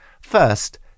First